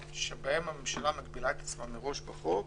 שבהם הממשלה מגבילה את עצמה מראש בחוק